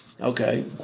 Okay